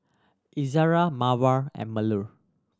Izara Mawar and Melur